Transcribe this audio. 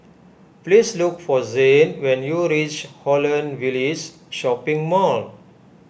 please look for Zhane when you reach Holland Village Shopping Mall